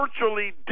virtually